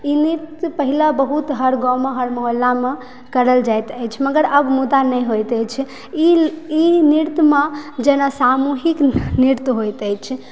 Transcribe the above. ई नृत्य पहिले बहुत हर गाँवमऽ हर मोहल्लामऽ करल जाइत अछि मगर अब मुदा नहि होइत अछि ई ई नृत्यमऽ जेना सामूहिक नृत्य होइत अछि